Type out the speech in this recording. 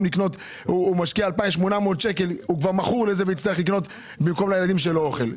לזה יוציא 2,800 שקלים במקום לקנות אוכל לילדיו.